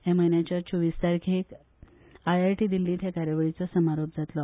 ह्या म्हयन्याच्या चोवीस तारखेक आयआयटी दिल्लींत हे कार्यावळीचो समारोप जातलो